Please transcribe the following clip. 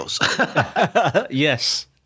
Yes